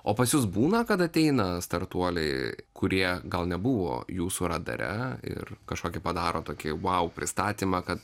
o pas jus būna kad ateina startuoliai kurie gal nebuvo jūsų radare ir kažkokį padaro tokį vau pristatymą kad